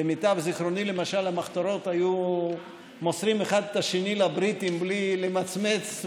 למיטב זיכרוני למשל המחתרות היו מוסרים אחד את השני לבריטים בלי למצמץ,